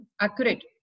accurate